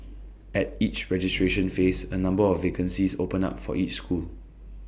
at each registration phase A number of vacancies open up for each school